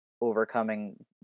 overcoming